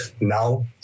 now